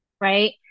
right